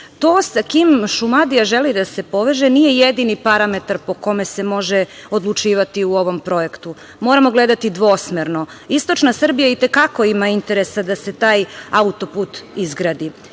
sa kim Šumadija želi da se poveže nije jedini parametar po kome se može odlučivati u ovom projektu. Moramo gledati dvosmerno. Istočna Srbija i te kako ima interesa da se taj autoput izgradi,